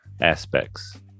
aspects